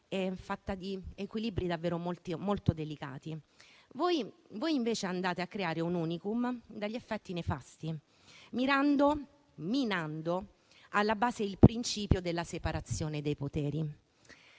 è fatta di equilibri davvero molto delicati. Voi invece andate a creare un *unicum* dagli effetti nefasti, minando alla base il principio della separazione dei poteri.